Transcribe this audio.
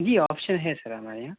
جی option ہے sir ہمارے یہاں